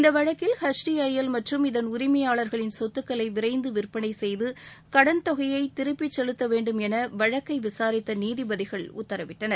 இந்த வழக்கில் H D I L மற்றும் இதன் உரிமையாளர்களின் சொத்துக்களை விரைந்து விற்பனை செய்து கடன் தொகையை திருப்பி செலுத்த வேண்டும் என வழக்கை விளரித்த நீதிபதிகள் உத்தரவிட்டனர்